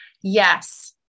Yes